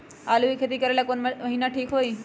आलू के खेती करेला कौन महीना ठीक होई?